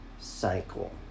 cycle